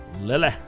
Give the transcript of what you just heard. Lily